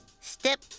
Step